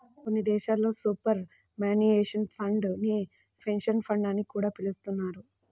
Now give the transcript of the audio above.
కొన్ని దేశాల్లో superannuation fund నే పెన్షన్ ఫండ్ అని కూడా పిలుస్తున్నారు